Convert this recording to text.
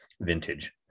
vintage